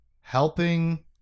helping